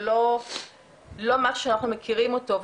ולא משהו שאנחנו מכירים אותו.